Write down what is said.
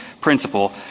principle